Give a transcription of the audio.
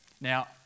Now